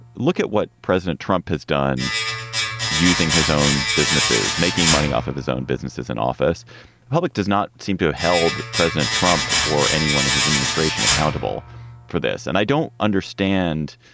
look at what president trump has done using his own businesses, making money off of his own businesses and office public does not seem to held president trump or anyone in his administration accountable for this. and i don't understand.